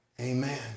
amen